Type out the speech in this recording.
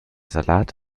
salat